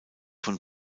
von